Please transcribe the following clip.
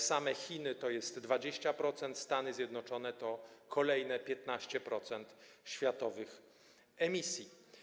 Same Chiny to jest 20%, Stany Zjednoczone to kolejne 15% światowych emisji.